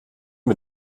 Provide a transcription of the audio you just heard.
mit